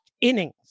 innings